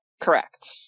correct